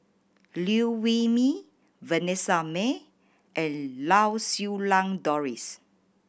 Liew Wee Mee Vanessa Mae and Lau Siew Lang Doris